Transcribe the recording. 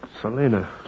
Selena